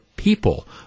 people